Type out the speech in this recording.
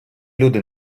люди